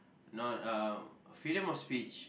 not uh freedom of speech